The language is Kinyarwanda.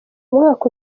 umwaka